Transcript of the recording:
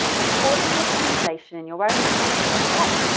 recording the translation and your own language is okay.